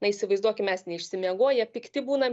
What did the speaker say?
na įsivaizduokim mes neišsimiegoję pikti būnam